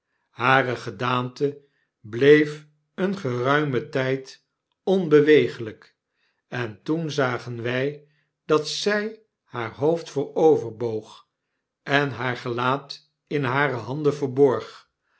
hare gedaante bleef een geruimen tyd onbeweeglyk en toen zagen wy dat zy haar hoofd vooroverboog en haar gelaat in hare handen verborg